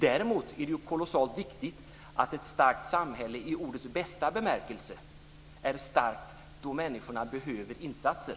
Däremot är det kolossalt viktigt att ett starkt samhälle i ordets bästa bemärkelse är starkt då människorna behöver insatser.